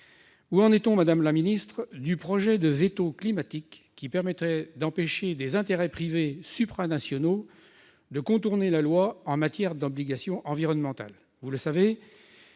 Où en est-on, madame la secrétaire d'État, du projet de « veto climatique », qui permettrait d'empêcher des intérêts privés supranationaux de contourner la loi en matière d'obligations environnementales ?